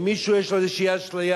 אם מישהו יש לו איזו אשליה